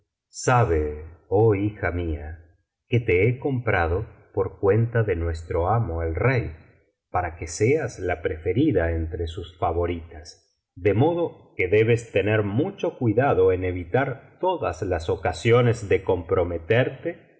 sabe oh hija mía que te he comprado por cuenta de nuestro amo el rey para que seas la preferida entre sus favoritas de modo que debes tener mucho cuidado en evitar todas las ocasiones de comprometerte y